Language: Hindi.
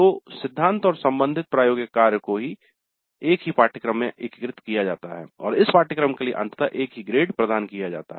तो सिद्धांत और संबंधित प्रायोगिक कार्य को एक ही पाठ्यक्रम में एकीकृत किया जाता है और इस पाठ्यक्रम के लिए अंततः एक ही ग्रेड प्रदान किया जाता है